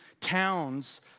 towns